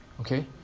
Okay